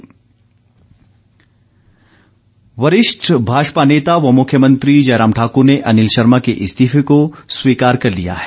जयराम वरिष्ठ भाजपा नेता व मुख्यमंत्री जयराम ठाकुर ने अनिल शर्मा के इस्तीफे को स्वीकार कर लिया है